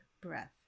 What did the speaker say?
breath